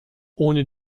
ohne